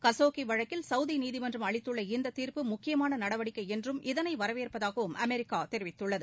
Khashoggi வழக்கில் Saudi நீதிமன்றம் அளித்துள்ள இந்தத் தீர்ப்பு முக்கியமான நடவடிக்கை என்றும் இதனை வரவேற்பதாகவும் அமெரிக்கா தெரிவித்துள்ளது